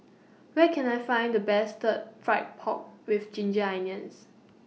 Where Can I Find The Best Stir Fried Pork with Ginger Onions